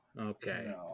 Okay